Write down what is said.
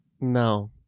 No